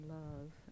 love